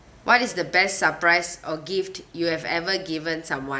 what is the best surprise or gift you have ever given someone